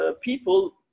people